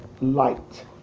light